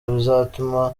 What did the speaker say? bizatuma